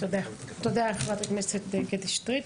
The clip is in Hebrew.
תודה חברת הכנסת קטי שטרית.